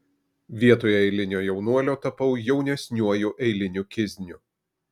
vietoje eilinio jaunuolio tapau jaunesniuoju eiliniu kizniu